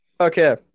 Okay